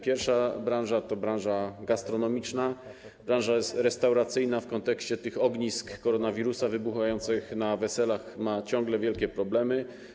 Pierwsza branża to branża gastronomiczna, branża restauracyjna, która w kontekście tych ognisk koronawirusa wybuchających na weselach ma ciągle wielkie problemy.